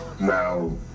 Now